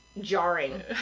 jarring